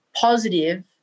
positive